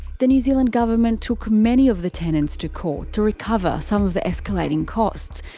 the new zealand government took many of the tenants to court to recover some of the escalating costs,